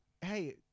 Hey